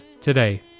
today